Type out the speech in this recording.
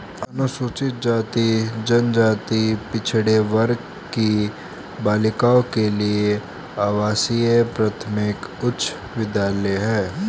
अनुसूचित जाति जनजाति पिछड़े वर्ग की बालिकाओं के लिए आवासीय प्राथमिक उच्च विद्यालय है